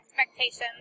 expectations